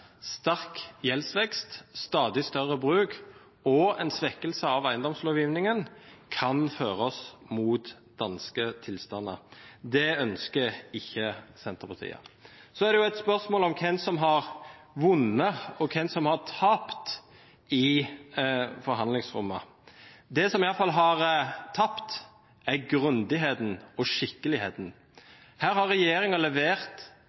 sterk gjeldsvekst, stadig større bruk og en svekkelse av eiendomslovgivningen kan føre oss mot danske tilstander. Det ønsker ikke Senterpartiet. Så er det et spørsmål om hvem som har vunnet og hvem som har tapt i forhandlingsrommet. Det som iallfall har tapt, er grundigheten og skikkeligheten. Her har regjeringen levert